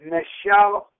Michelle